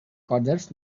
coders